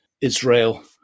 Israel